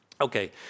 Okay